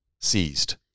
seized